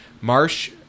Marsh